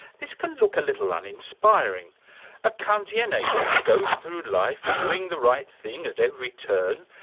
this can look a little uninspiring a kantian agent goes through life doing the right thing at every turn,